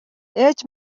ээж